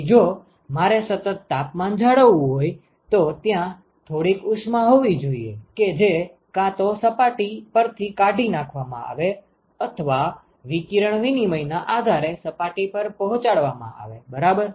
તેથી જો મારે સતત તાપમાન જાળવવું હોય તો ત્યાં થોડીક ઉષ્મા હોવી જોઈએ કે જે કાં તો સપાટી પરથી કાઢી નાંખવામાં આવે અથવા વિકિરણ વિનિમય ના આધારે સપાટી પર પહોંચાડવામાં આવે બરાબર